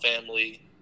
family